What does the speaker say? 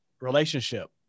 relationship